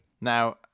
Now